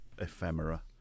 ephemera